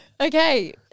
Okay